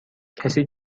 کسی